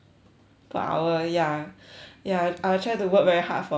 per hour ya ya I'll try to work very hard for it you know